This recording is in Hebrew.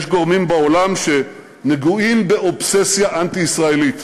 יש גורמים בעולם שנגועים באובססיה אנטי-ישראלית.